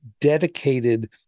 dedicated